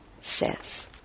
says